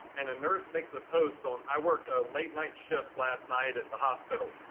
and a nurse makes a post on, i worked a late night shift last night at the hospital.